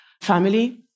family